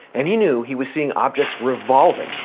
and he knew he was seeing objects revolving,